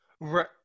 right